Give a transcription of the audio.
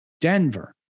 Denver